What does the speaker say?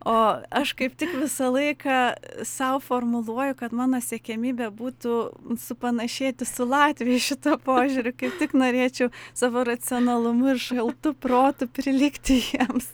o aš kaip tik visą laiką sau formuluoju kad mano siekiamybė būtų supanašėti su latvija šituo požiūriu kaip tik norėčiau savo racionalumu ir šaltu protu prilygti jiems